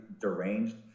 deranged